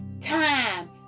time